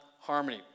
Harmony